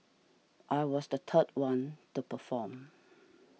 I was the third one to perform